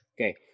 Okay